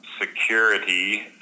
security